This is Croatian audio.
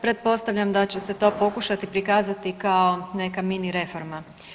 Pretpostavljam da će se to pokušati prikazati kao neka mini reforma.